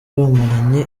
bamaranye